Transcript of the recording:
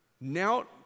Now